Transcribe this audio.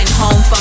home